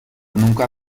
nunca